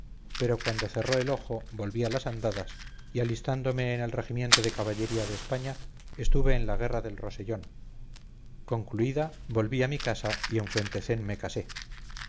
pero cuando cerró el ojo volví a las andadas y alistándome en el regimiento de caballería de españa estuve en la guerra del rosellón concluida volví a mi casa y en fuentecén me